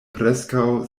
preskaŭ